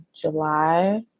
July